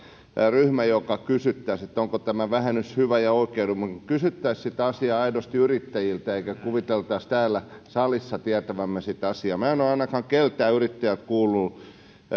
ryhmä jolta kysyttäisiin onko tämä vähennys hyvä ja oikeudenmukainen kysyttäisiin sitä asiaa aidosti yrittäjiltä eikä kuviteltaisi täällä salissa tietävämme sitä asiaa minä en ole ainakaan keltään yrittäjältä kuullut